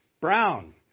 Brown